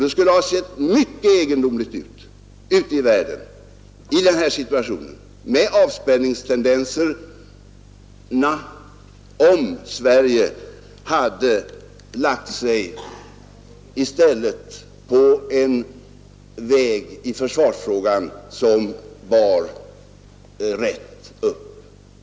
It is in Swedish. Det skulle ha sett mycket egendomligt ut ute i världen med de avspänningstendenser som finns i nuvarande situation, om Sverige i stället hade slagit in på en väg i försvarsfrågan som bar rätt upp.